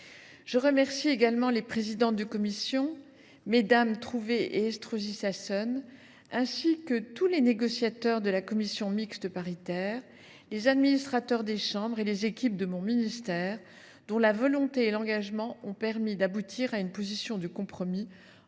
Je remercie également les présidents de commission, Mmes Aurélie Trouvé et Dominique Estrosi Sassone, ainsi que tous les négociateurs de la commission mixte paritaire, les administrateurs des deux chambres et les équipes de mon ministère, dont la volonté et l’engagement ont permis d’aboutir à une position de compromis